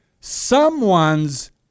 Someone's